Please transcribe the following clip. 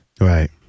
right